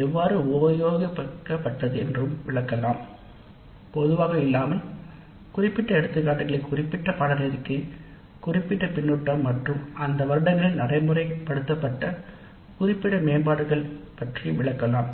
இவ்வாறான மேம்பாடுகள் உருவாக்கப்பட்டது என்றும் குறிப்பிட்ட எடுத்துக்காட்டுகள் இருந்தால் அவற்றை கூறலாம்